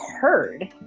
heard